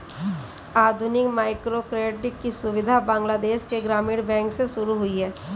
आधुनिक माइक्रोक्रेडिट की सुविधा बांग्लादेश के ग्रामीण बैंक से शुरू हुई है